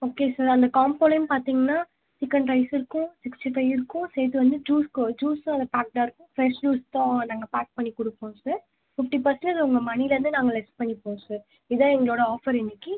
okay sir அந்த காம்போலையும் பார்த்தீங்கன்னா சிக்கன் ரைஸ் இருக்கும் சிக்ஸ்டி ஃபைவ் இருக்கும் சேர்த்து வந்து ஜூஸ் கோ ஜூஸ்ஸும் அதில் பேக்டாக இருக்கும் ஃப்ரெஸ் ஜூஸ் தான் நாங்கள் பேக் பண்ணிக் கொடுப்போம் சார் ஃபிஃப்ட்டி பர்சென்டேஜ் உங்கள் மணிலேருந்து நாங்கள் லெஸ் பண்ணிப்போம் சார் இதான் எங்களோடு ஆஃபர் இன்னிக்கு